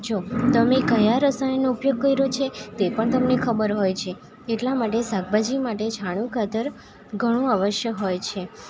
જો તમે કયા રસાયણનો ઉપયોગ કર્યો છે તે પણ ખબર હોય છે એટલા માટે શાકભાજી માટે છાણીયુ ખાતર ઘણું અવશ્ય હોય છે